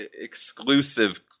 exclusive